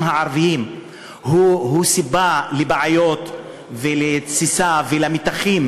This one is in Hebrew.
הערביים הם סיבה לבעיות ולתסיסה ולמתחים,